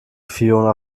fiona